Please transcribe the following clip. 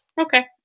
Okay